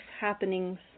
happenings